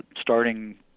starting